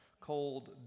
cold